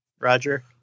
Roger